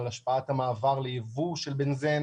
השפעת המעבר לייבוא של בנזן